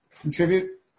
Contribute